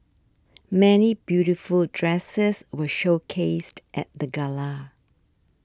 many beautiful dresses were showcased at the gala